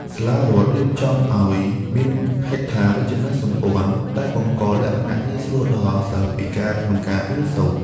សាលារដ្ឋរៀបចំឱ្យមានហេដ្ឋារចនាសម្ព័ន្ធដែលបង្កលក្ខណៈងាយស្រួលដល់សិស្សពិការក្នុងការរៀនសូត្រ។